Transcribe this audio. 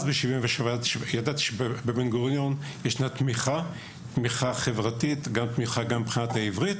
ידעתי שבבן גוריון יש תמיכה חברתית גם מבחינת העברית.